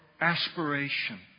aspiration